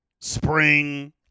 spring